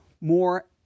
more